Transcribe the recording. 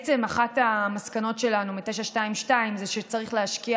אחת המסקנות שלנו מהחלטה 922 זה שצריך להשקיע